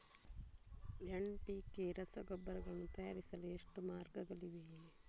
NPK ರಸಗೊಬ್ಬರಗಳನ್ನು ತಯಾರಿಸಲು ಎಷ್ಟು ಮಾರ್ಗಗಳಿವೆ?